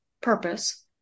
purpose